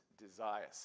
desires